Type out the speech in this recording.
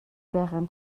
байхын